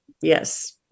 yes